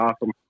awesome